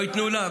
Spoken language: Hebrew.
לא ייתנו לה?